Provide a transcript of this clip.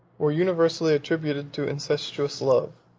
were universally attributed to incestuous love.